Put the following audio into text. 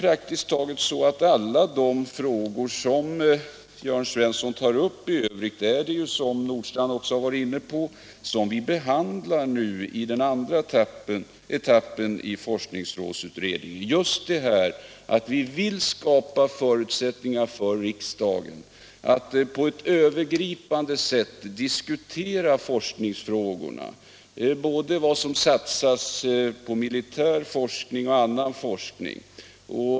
Praktiskt taget alla de frågor som Jörn Svensson i övrigt tar upp behandlas, nu — det har herr Nordstrandh också nämnt — i den andra etappen av forskningsrådsutredningen. Vi vill skapa förutsättningar för riksdagen att på ett övergripande sätt diskutera forskningsfrågorna, både vad som satsas på militärforskning och vad som satsas på annan forskning.